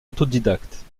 autodidacte